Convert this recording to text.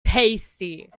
tasty